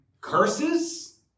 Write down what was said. curses